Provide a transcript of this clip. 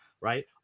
right